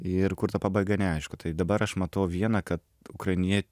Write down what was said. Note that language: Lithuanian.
ir kur ta pabaiga neaišku tai dabar aš matau vieną kad ukrainie